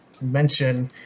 mention